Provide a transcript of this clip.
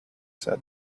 said